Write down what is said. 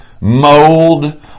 mold